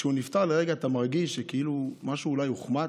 כשהוא נפטר, לרגע אתה מרגיש שמשהו אולי הוחמץ,